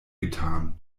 getan